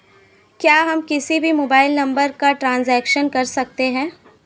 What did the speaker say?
क्या हम किसी भी मोबाइल नंबर का ट्रांजेक्शन कर सकते हैं?